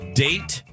date